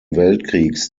weltkriegs